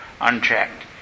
unchecked